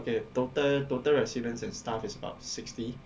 okay total total residents and staff is about sixty